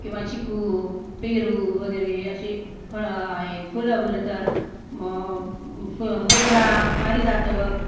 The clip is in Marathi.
किंवा चिकू पेरू वगैरे असे फळं आहेत फुलं म्हणलं तर मोगरा पारिजातक